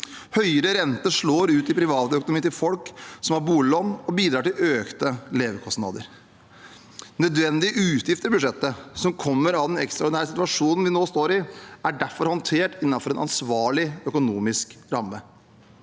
Høyere rente slår ut i privatøkonomien til folk som har boliglån, og bidrar til økte levekostnader. Nødvendige utgifter i budsjettet som kommer av den ekstraordinære situasjonen vi nå står i, er derfor håndtert innenfor en ansvarlig økonomisk ramme.